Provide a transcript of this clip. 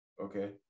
Okay